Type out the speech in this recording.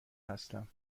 هستم